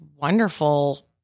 wonderful